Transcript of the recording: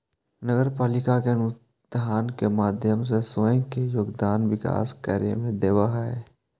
नगर पालिका अनुदान के माध्यम से स्वयं के योगदान विकास कार्य में देवऽ हई